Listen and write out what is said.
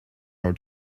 our